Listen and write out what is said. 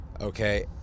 Okay